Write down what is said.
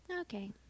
Okay